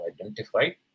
identified